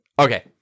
Okay